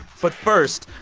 but first,